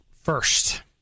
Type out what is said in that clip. first